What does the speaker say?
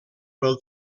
pel